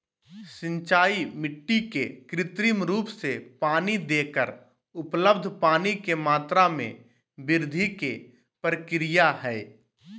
सिंचाई मिट्टी के कृत्रिम रूप से पानी देकर उपलब्ध पानी के मात्रा में वृद्धि के प्रक्रिया हई